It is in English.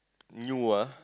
new ah